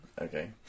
Okay